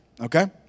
Okay